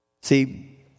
See